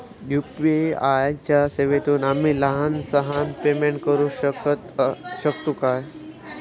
UPI च्या सेवेतून आम्ही लहान सहान पेमेंट करू शकतू काय?